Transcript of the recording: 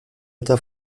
eta